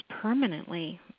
permanently